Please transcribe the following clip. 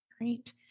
Great